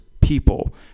people